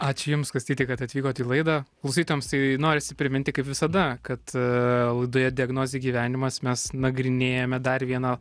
ačiū jums kastyti kad atvykot į laidą klausytojams tai norisi priminti kaip visada kad a laidoje diagnozė gyvenimas mes nagrinėjame dar vieną